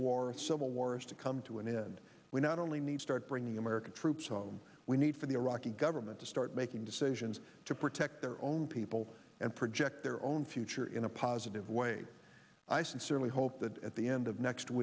a civil war is to come to an end we not only need start bringing american troops home we need for the iraqi government to start making decisions to protect their own people and project their own future in a positive way i sincerely hope that at the end of next